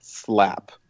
slap